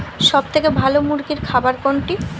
সবথেকে ভালো মুরগির খাবার কোনটি?